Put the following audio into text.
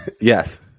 Yes